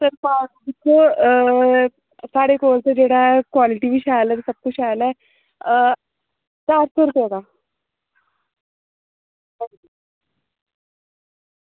ते साढ़े कोल क्वालिटी शैल ऐ ते सब कुछ शैल ऐ ते अट्ठ सौ रपे दा